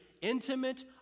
intimate